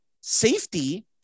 safety